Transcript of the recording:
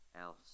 else